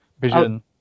Vision